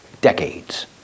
decades